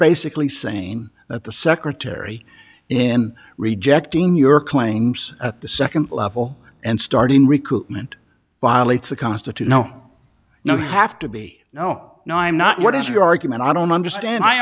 basically saying that the secretary in rejecting your claims at the nd level and starting recruitment violates the comes to to know no you have to be no no i'm not what is your argument i don't understand i